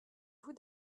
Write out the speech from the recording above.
vous